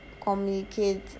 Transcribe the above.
communicate